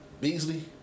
Beasley